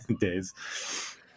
days